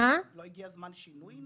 --- לא הגיע הזמן לשינוי?